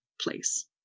place